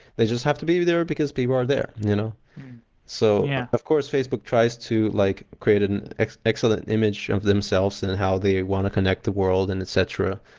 they just have to be there because people are there. you know so yeah of course, facebook tries to like create an excellent image of themselves and how they want to connect the world and etc,